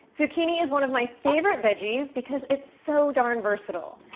zucchini is one of my favorite veggies because it's so darn versatile.